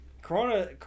Corona